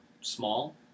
small